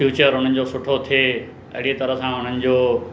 future उन्हनि जो सुठो थिए अहिड़ी तरह सां उन्हनि जो